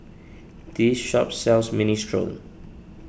this shop sells Minestrone